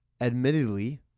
admittedly